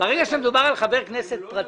ברגע שמדובר על חבר כנסת פרטי,